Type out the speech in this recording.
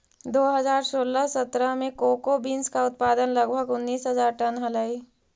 दो हज़ार सोलह सत्रह में कोको बींस का उत्पादन लगभग उनीस हज़ार टन हलइ